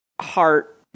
heart